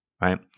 Right